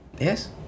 Yes